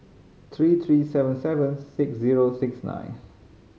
three three seven seven six zero six nine